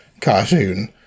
cartoon